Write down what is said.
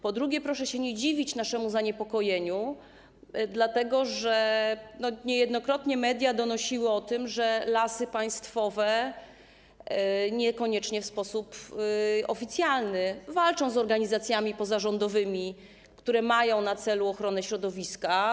Po drugie, proszę się nie dziwić naszemu zaniepokojeniu, dlatego że niejednokrotnie media donosiły o tym, że Lasy Państwowe, niekoniecznie w sposób oficjalny, walczą z organizacjami pozarządowymi, które mają na celu ochronę środowiska.